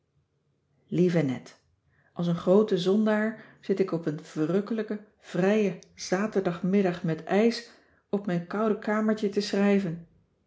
lieve net als een groote zondaar zit ik op een verrukkelijken vrijen zaterdagmiddag met ijs op mijn koude kamertje te schrijven